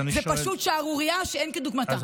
זו פשוט שערורייה שאין כדוגמתה.